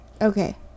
Okay